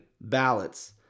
ballots